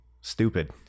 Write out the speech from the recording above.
stupid